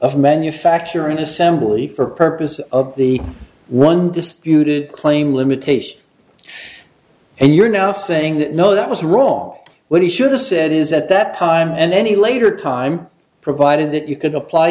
of manufacture in assembly for purposes of the one disputed claim limitation and you're now saying that no that was wrong what he should have said is that that time and any later time provided that you could apply